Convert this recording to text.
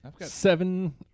seven